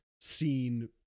seen